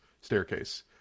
staircase